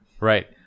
right